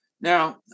Now